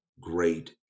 great